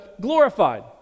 glorified